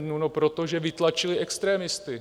No protože vytlačili extremisty.